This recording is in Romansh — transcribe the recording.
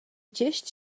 gest